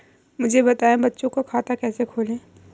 मुझे बताएँ बच्चों का खाता कैसे खोलें?